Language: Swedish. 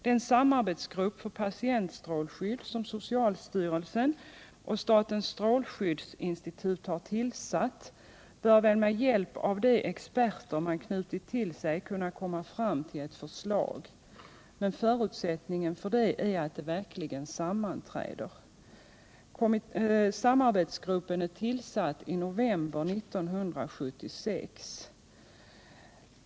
Den samarbetsgrupp för patientstrålskydd som socialstyrelsen och statens strålskyddsinstitut har tillsatt bör väl med hjälp av de experter man knutit till sig kunna komma fram till ett förslag. Men förutsättningen härför är att samarbetsgruppen verkligen sammanträder. Samarbetsgruppen tillsattes i november 1976.